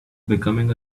becoming